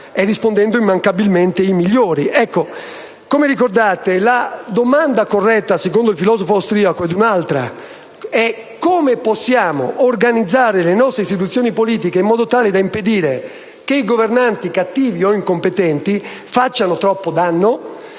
risposta dopo l'altra: i migliori. Come ricorderete la domanda corretta, secondo il filosofo austriaco, è un'altra e cioè: come possiamo organizzare le nostre istituzioni politiche in modo tale da impedire che i governanti cattivi o incompetenti facciano troppo danno?